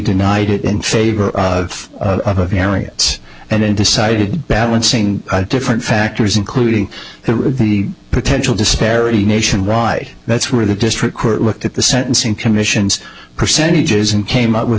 denied it in favor of merits and decided balancing different factors including the potential disparity nationwide that's where the district court looked at the sentencing commission's percentages and came up with